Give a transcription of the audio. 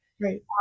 Right